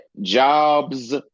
jobs